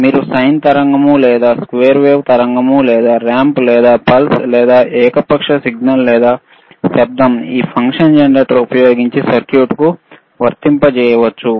మీరు సైన్ తరంగం లేదా స్క్వేర్ వేవ్ తరంగం లేదా రాంప్ లేదా పల్స్ లేదా ఏకపక్ష సిగ్నల్ లేదా నాయిస్ ని ఈ ఫంక్షన్ జెనరేటర్ ఉపయోగించి సర్క్యూట్కు వర్తింపజేయవచ్చు